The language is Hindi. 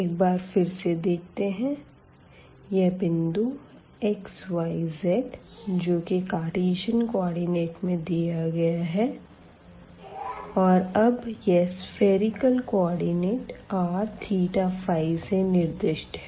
एक बार फिर से देखते हैं यह बिंदु x y z जोकि की कार्टिसिअन कोऑर्डिनेट में दिया गया है और अब यह सफ़ेरिकल कोऑर्डिनेट r और से निर्दिष्ट है